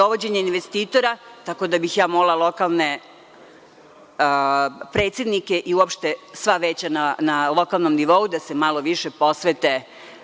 dovođenja investitora. Tako da, ja bih molila lokalne predsednike i uopšte sva veća na lokalnom nivou da se malo više posvete